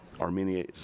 Armenia